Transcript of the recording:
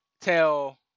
tell